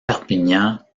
perpignan